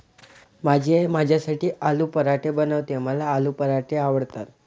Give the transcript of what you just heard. माझी आई माझ्यासाठी आलू पराठे बनवते, मला आलू पराठे आवडतात